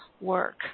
work